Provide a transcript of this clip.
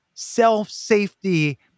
self-safety